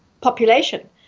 population